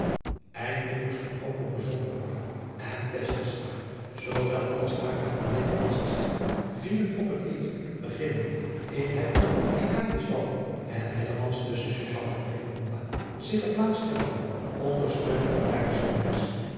eindelijk moest er ook nog gezongen worden en tesselschade zoo wel als hare vriendin adriaan loosjes pzn het leven van hillegonda buisman francisca vielen op het lied beginnende in het idalisch dal en hellemans tusschen susanna en hillegonda zich geplaatst hebbende ondersteunde die beide zangeressen